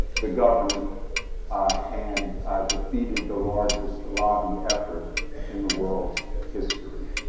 the government and defeated the largest lobby effort in the world's history.